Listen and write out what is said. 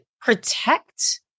protect